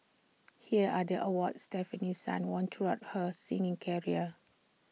here are the awards Stefanie sun won throughout her singing career